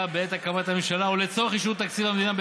בעת הקמת הממשלה או לצורך אישור תקציב המדינה.